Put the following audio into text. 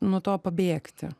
nuo to pabėgti